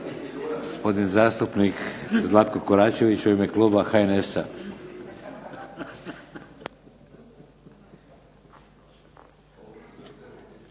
Gospodin zastupnik Zlatko KOračević u ime Kluba HNS-a.